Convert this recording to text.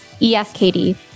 ESKD